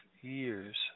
Years